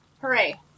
Hooray